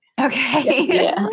Okay